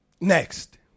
Next